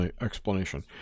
explanation